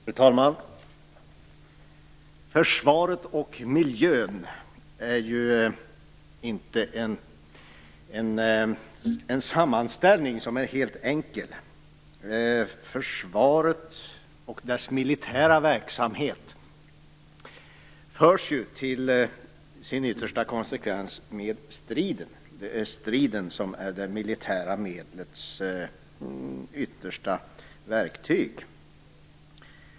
Fru talman! Försvaret och miljön är en inte helt enkel sammanställning. Försvaret och dess militära verksamhet förs ju till sin yttersta konsekvens med striden. Det är striden som är det militära medlets yttersta verktyg.